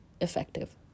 effective